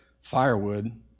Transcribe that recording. firewood